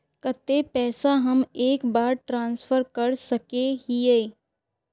केते पैसा हम एक बार ट्रांसफर कर सके हीये?